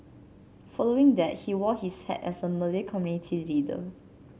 following that he wore his hat as a Malay community leader